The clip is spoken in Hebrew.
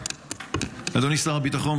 אדוני שר הביטחון,